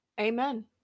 amen